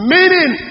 Meaning